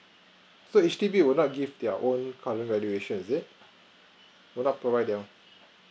so H_D_B would not give their own current valuation is it would not provide it